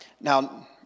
Now